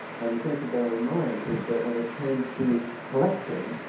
and the thing to bear in mind is that when it came to collecting,